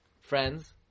friends